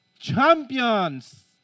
champions